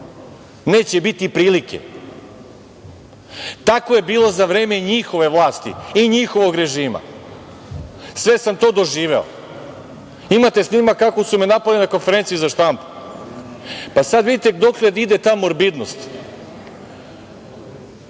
Neće biti prilike. Tako je bilo za vreme njihove vlasti i njihovog režima. Sve sam to doživeo. Imate snimak kako su me napali na konferenciji za štampu, pa sad vidite dokle ide ta morbidnost. Bivši